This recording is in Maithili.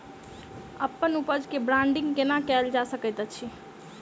अप्पन उपज केँ ब्रांडिंग केना कैल जा सकैत अछि?